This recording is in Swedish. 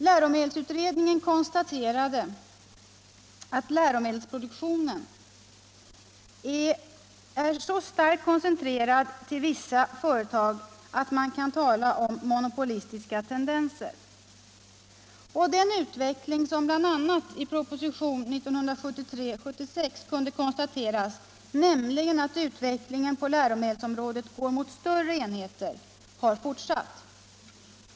Läromedelsutredningen konstaterade att läromedelsproduktionen ”är så starkt koncentrerad till vissa företag att man kan tala om monopolistiska tendenser”. Och den utveckling som bl.a. i propositionen 1973:76 kunde konstateras, nämligen att utvecklingen på läromedelsområdet går mot större enheter, har fortsatt.